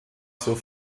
zur